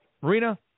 Marina